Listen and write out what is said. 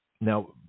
Now